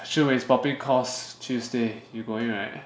Shi Wei 's popping course Tuesday you going right